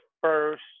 first